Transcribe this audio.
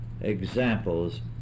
examples